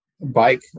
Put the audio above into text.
bike